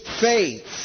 faith